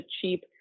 cheap